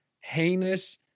heinous